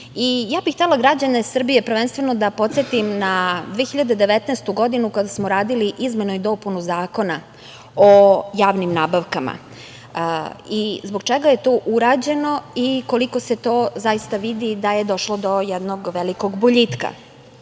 ja bih htela građane Srbije da podsetim na 2019. godinu, kada smo radili izmenu i dopunu Zakona o javnim nabavkama i zbog čega je to urađeno i koliko se to zaista vidi da je došlo do jednog velikog boljitka. Mi